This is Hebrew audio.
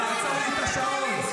לעצור לי את השעון.